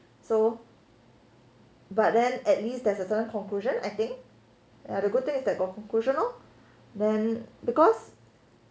so but then at least there's a certain conclusion I think ya the good thing is got conclusion lor then because